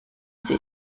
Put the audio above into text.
sie